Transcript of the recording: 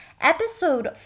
Episode